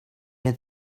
had